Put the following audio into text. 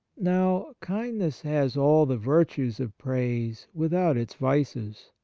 now, kindness has all the virtues of praise without its vices.